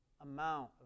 amount